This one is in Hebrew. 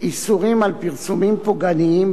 איסורים על פרסומים פוגעניים,